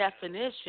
definition